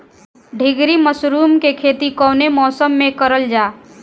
ढीघरी मशरूम के खेती कवने मौसम में करल जा?